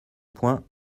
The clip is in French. point